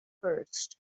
first